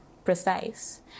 precise